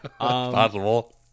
Possible